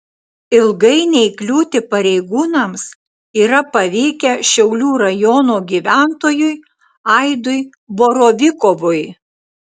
ilgai neįkliūti pareigūnams yra pavykę šiaulių rajono gyventojui aidui borovikovui